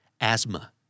Asthma